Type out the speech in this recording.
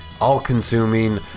all-consuming